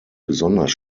besonders